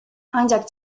ancak